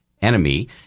enemy